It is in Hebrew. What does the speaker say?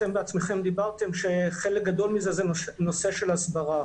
אתם בעצמכם דיברתם שחלק גדול מזה זה נושא של הסברה,